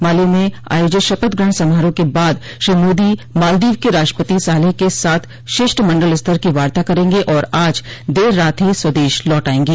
माले में आयोजित शपथ ग्रहण समारोह के बाद श्री मोदी मालदीव के राष्ट्रपति सालेह के साथ शिष्टमंडल स्तर की वार्ता करेंगे और आज देर रात ही स्वदेश लौट आएंगे